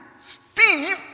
Steve